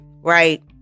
right